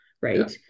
right